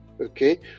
okay